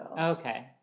Okay